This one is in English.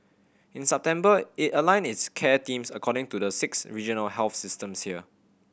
in September it aligned its care teams according to the six regional health systems here